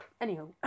anyhow